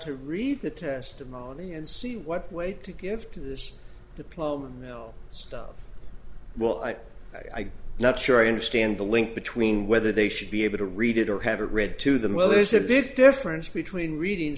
to read the testimony and see what weight to give to this diploma mill stuff well i i not sure i understand the link between whether they should be able to read it or have it read to them well there's a big difference between reading